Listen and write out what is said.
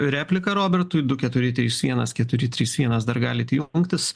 repliką robertui du keturi trys vienas keturi trys vienas dar galit jungtis